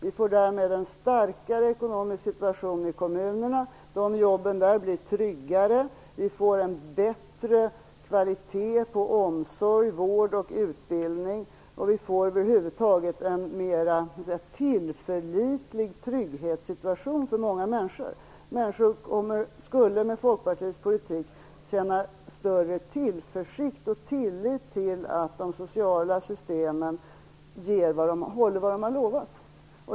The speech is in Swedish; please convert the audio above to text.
Det blir därmed en starkare ekonomisk situation i kommunerna. Jobben där blir tryggare. Vi får en bättre kvalitet på omsorg, vård och utbildning. Det blir över huvud taget en mera tillförlitlig trygghetssituation för många människor. Människor skulle med Folkpartiets politik känna en större tillförsikt inför och en större tillit till att de sociala systemen håller vad de har lovat.